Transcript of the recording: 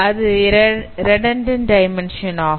அது redundant dimension ஆகும்